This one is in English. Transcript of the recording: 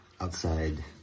outside